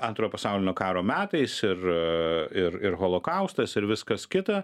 antrojo pasaulinio karo metais ir ir holokaustas ir viskas kita